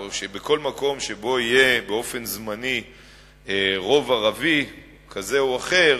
או שבכל מקום שבו יהיה באופן זמני רוב ערבי כזה או אחר,